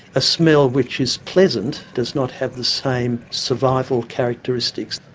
a smell which is pleasant does not have the same survival characteristics.